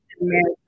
America